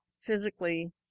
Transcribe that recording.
physically